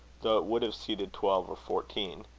though it would have seated twelve or fourteen.